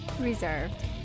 Reserved